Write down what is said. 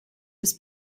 was